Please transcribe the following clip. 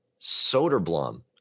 Soderblom